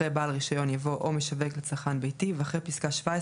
אחרי "בעל רישיון" יבוא "או משווק לצרכן ביתי" ואחרי פסקה (17)